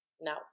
No